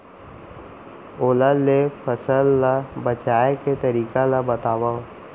ओला ले फसल ला बचाए के तरीका ला बतावव?